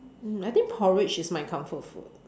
mm I think porridge is my comfort food